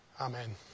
Amen